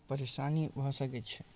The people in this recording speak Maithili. परेशानी भऽ सकै छै